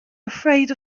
afraid